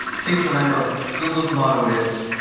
please remember, google's motto is,